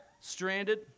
stranded